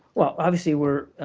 well, obviously, we're